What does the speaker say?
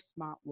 smartwatch